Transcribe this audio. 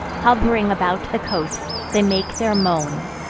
hov'ring about the coasts, they make their moan,